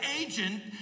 agent